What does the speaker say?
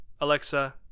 Alexa